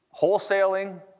wholesaling